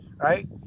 Right